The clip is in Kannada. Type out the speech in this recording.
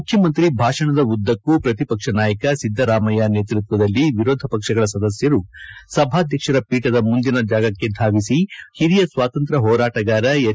ಮುಖ್ಯಮಂತಿ ಭಾಷಣದ ಉದ್ದಕ್ಕೂ ಪ್ರತಿಪಕ್ಷ ನಾಯಕ ಸಿದ್ದರಾಮಯ್ಯ ನೇತೃತ್ವದಲ್ಲಿ ವಿರೋಧ ಪಕ್ಷಗಳ ಸದಸ್ಯರು ಸಭಾಧ್ಯಕ್ಷರ ಪೀಠದ ಮುಂದಿನ ಜಾಗಕ್ಕೆ ಧಾವಿಸಿ ಹಿರಿಯ ಸ್ವಾತಂತ್ರ್ ಹೋರಾಟಗಾರ ಎಚ್